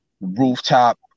rooftop